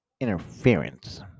interference